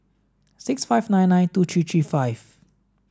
six five nine nine two three three five